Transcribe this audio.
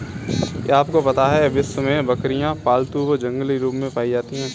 क्या आपको पता है विश्व में बकरियाँ पालतू व जंगली रूप में पाई जाती हैं?